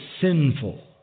sinful